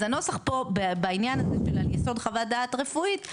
אז הנוסח פה בעניין הזה על יסוד חוות דעת רפואית,